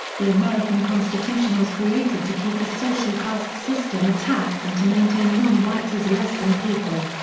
the american constitution was created to keep the social caste system intact and to maintain non-whites as less than people.